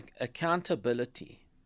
accountability